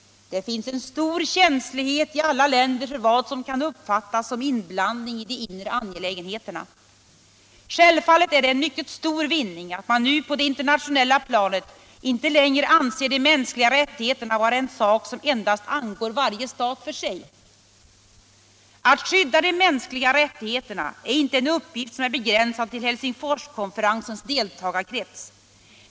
Det finns en stor känslighet i alla länder för vad som kan uppfattas som inblandning i de inre angelägenheterna. Självfallet är det en mycket stor vinning att man nu på det internationella planet inte längre anser de mänskliga rättigheterna vara en sak som endast angår varje stat för sig. Att skydda de mänskliga rättigheterna är inte en uppgift som är begränsad till Helsingforskonferensens deltagarkrets.